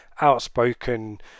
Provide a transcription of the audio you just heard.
outspoken